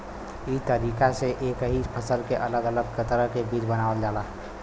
ई तरीका से एक ही फसल के अलग अलग तरह के बीज बनावल जाला